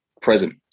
present